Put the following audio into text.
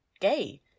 gay